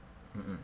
mm mm